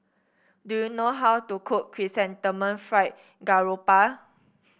do you know how to cook Chrysanthemum Fried Garoupa